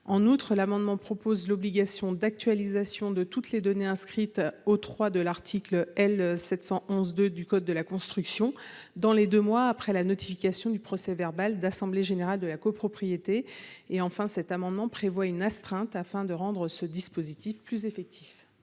En outre, l’amendement tend à rendre obligatoire l’actualisation de toutes les données inscrites au III de l’article L. 711 2 du code de la construction et de l’habitation dans les deux mois suivant la notification du procès verbal d’assemblée générale de la copropriété. Enfin, cet amendement vise à prévoir une astreinte afin de rendre ce dispositif plus effectif.